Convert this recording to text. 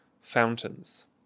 Fountains